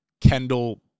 Kendall